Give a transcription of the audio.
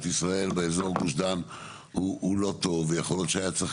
ישראל באזור גוש דן הוא לא טוב ויכול להיות שהיה צריך